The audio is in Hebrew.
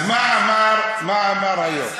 אז מה אמר היום?